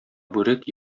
бүрек